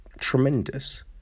Tremendous